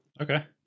Okay